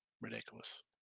Ridiculous